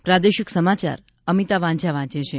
પ્રાદેશિક સમાચાર અમિતા વાંઝા વાંચે છે